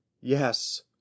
yes